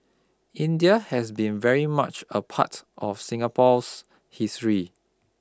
India has been very much a part of Singapore's history